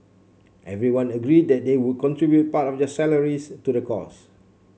everyone agreed that they would contribute part of their salaries to the cause